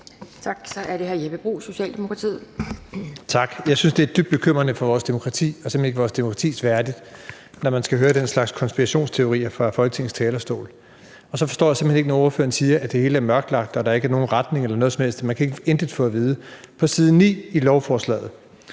Tak. Så er det hr. Jeppe Bruus, Socialdemokratiet. Kl. 17:49 Jeppe Bruus (S): Tak. Jeg synes, det er dybt bekymrende for vores demokrati – det er simpelt hen ikke vores demokrati værdigt – når man skal høre den slags konspirationsteorier fra Folketingets talerstol. Jeg forstår det simpelt hen ikke, når ordføreren siger, at det hele er mørkelagt, og at der ikke er nogen retning eller noget som helst, og at man intet kan få at vide. På side 9 i lovforslaget,